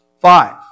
Five